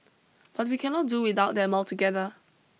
but we cannot do without them altogether